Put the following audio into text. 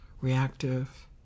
reactive